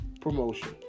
promotion